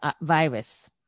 virus